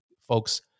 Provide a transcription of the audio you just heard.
folks